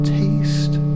taste